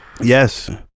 Yes